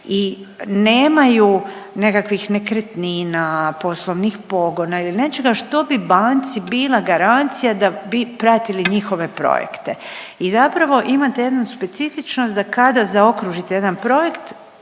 i nemaju nekakvih nekretnina, poslovnih pogona ili nečega što bi banci bila garancija da bi pratili njihove projekte i zapravo imate jednu specifičnost da kada zaokružite jedan projekt